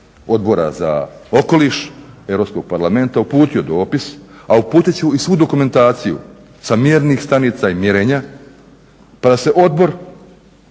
Odbora za okoliš Europskog parlamenta uputio dopis, a uputit ću i svu dokumentaciju sa mjernih stanica i mjerenja pa da se Odbor